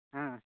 ᱦᱮᱸ